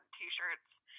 T-shirts